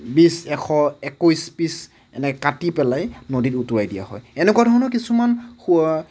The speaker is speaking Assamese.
বিছ এশ একৈছ পিচ এনেকৈ কাটি পেলাই নদীত উটুৱাই দিয়া হয় এনেকুৱা ধৰণৰ কিছুমান সুৱা